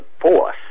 force